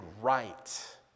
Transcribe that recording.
right